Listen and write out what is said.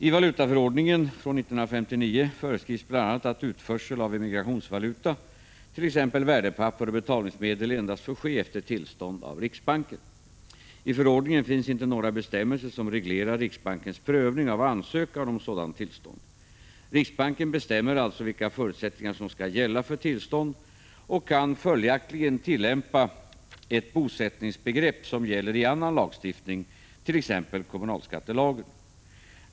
I valutaförordningen föreskrivs bl.a. att utförsel av emigrationsvaluta, t.ex. värdepapper och betalningsmedel, endast får ske efter tillstånd av riksbanken. I förordningen finns inte några bestämmelser som reglerar riksbankens prövning av ansökan om sådant tillstånd. Riksbanken bestämmer alltså vilka förutsättningar som skall gälla för tillstånd och kan följaktligen tillämpa ett bosättningsbegrepp som gäller i annan lagstiftning, t.ex. kommunalskattelagen .